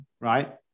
right